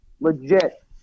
legit